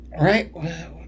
right